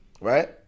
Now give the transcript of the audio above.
Right